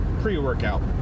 pre-workout